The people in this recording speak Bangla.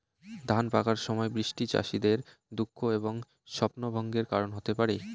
ধান পাকার সময় বৃষ্টি চাষীদের দুঃখ এবং স্বপ্নভঙ্গের কারণ হতে পারে